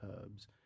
herbs